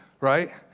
Right